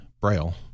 braille